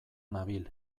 nabil